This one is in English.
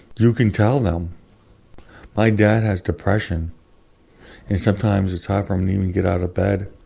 you can tell them my dad has depression and sometimes it's hard for him to even get out of bed,